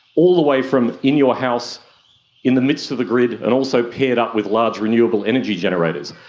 all the way from in your house in the midst of the grid and also paired up with large renewable energy generators.